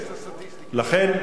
לכן,